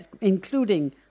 including